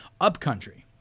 Upcountry